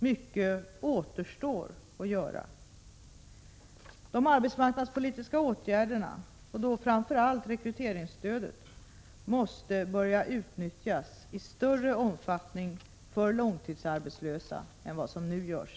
Mycket återstår dock att göra. De arbetsmarknadspolitiska åtgärderna och då framför allt rekryteringsstödet måste börja utnyttjas i större omfattning för långtidsarbetslösa än vad som nu görs.